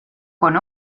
con